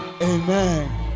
Amen